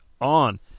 on